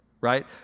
right